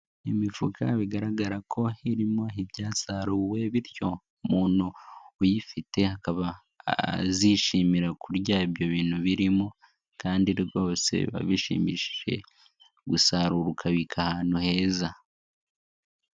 Imifuka bigaragara ko irimo ibyasaruwe bityo umuntu uyifite akaba azishimira kurya ibyo bintu birimo kandi rwose biba bishimishije gusarura ukabika ahantu heza.